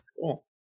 cool